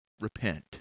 repent